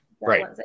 Right